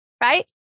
right